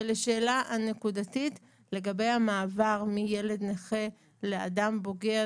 ולגבי המעבר מילד לנכה לאדם בוגר